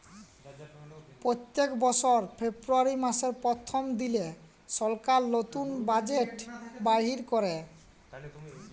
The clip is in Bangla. প্যত্তেক বসর ফেব্রুয়ারি মাসের পথ্থম দিলে সরকার লতুল বাজেট বাইর ক্যরে